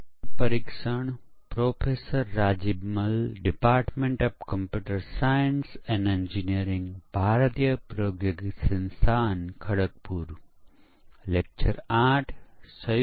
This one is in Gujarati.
છેલ્લે આપણે પરીક્ષણના વિવિધ સ્તર અને થોડા મૂળભૂત ખ્યાલો જોયા